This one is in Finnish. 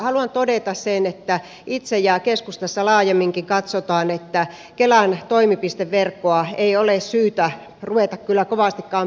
haluan todeta sen että itse ja keskustassa laajemminkin katsotaan että kelan toimipisteverkkoa ei ole kyllä syytä ruveta kovastikaan pienentämään